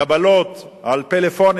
קבלות על פלאפונים,